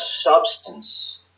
substance